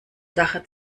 sache